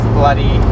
bloody